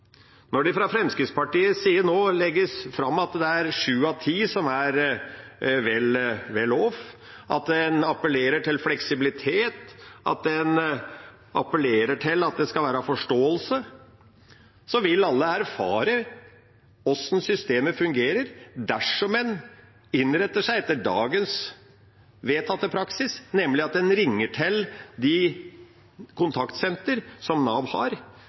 Når det fra Fremskrittspartiets siden nå legges fram at det er sju av ti som er «well-off», en appellerer til fleksibilitet, en appellerer til at det skal være forståelse, vil alle erfare hvordan systemet fungerer dersom en innretter seg etter dagens vedtatte praksis, nemlig at en ringer til de kontaktsentre som Nav har.